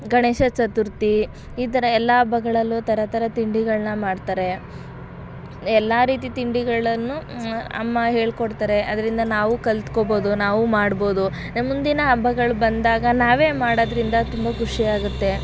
ಗಣೇಶ ಚತುರ್ಥಿ ಈ ಥರಯೆಲ್ಲ ಹಬ್ಬಗಳಲ್ಲೂ ಥರ ಥರ ತಿಂಡಿಗಳನ್ನು ಮಾಡ್ತಾರೆ ಎಲ್ಲ ರೀತಿ ತಿಂಡಿಗಳನ್ನು ಅಮ್ಮ ಹೇಳಿಕೊಡ್ತಾರೆ ಅದರಿಂದ ನಾವು ಕಲಿತ್ಕೋಬೋದು ನಾವು ಮಾಡ್ಬೋದು ನಮ್ಮ ಮುಂದಿನ ಹಬ್ಬಗಳು ಬಂದಾಗ ನಾವೇ ಮಾಡೋದ್ರಿಂದ ತುಂಬ ಖುಷಿಯಾಗುತ್ತೆ